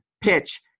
pitch